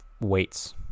weights